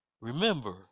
Remember